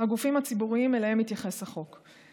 הגופים הציבוריים שאליהם מתייחס החוק.